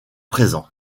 présent